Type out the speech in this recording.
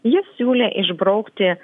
jis siūlė išbraukti